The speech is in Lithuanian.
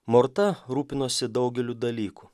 morta rūpinosi daugeliu dalykų